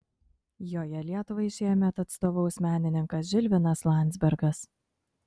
joje lietuvai šiemet atstovaus menininkas žilvinas landzbergas